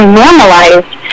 normalized